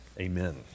amen